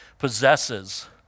possesses